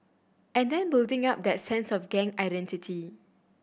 and then building up that sense of gang identity